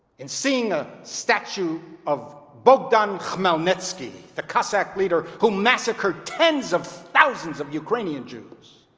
and seeing a statue of bohdan khmelnitsky, the cossack leader who massacred tens of thousands of ukrainian jews,